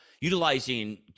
utilizing